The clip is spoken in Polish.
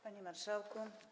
Panie Marszałku!